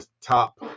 top